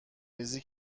ریزی